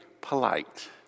polite